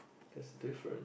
that's a different